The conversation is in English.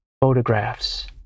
Photographs